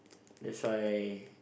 that's why